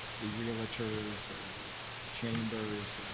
the realtors or the chambers,